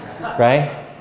Right